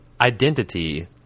identity